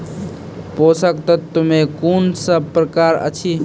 पोसक तत्व मे कून सब प्रकार अछि?